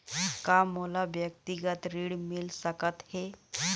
का मोला व्यक्तिगत ऋण मिल सकत हे?